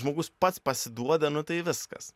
žmogus pats pasiduoda nu tai viskas